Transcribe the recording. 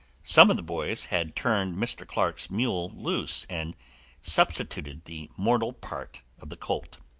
some of the boys had turned mr. clark's mule loose and substituted the mortal part of the colt.